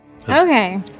Okay